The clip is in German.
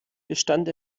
gestand